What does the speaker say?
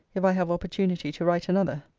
if i have opportunity to write another.